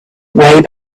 way